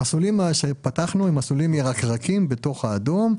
המסלולים שפתחנו הם מסלולים ירקרקים בתוך האדום,